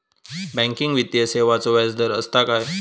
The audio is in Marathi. बँकिंग वित्तीय सेवाचो व्याजदर असता काय?